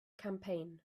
campaign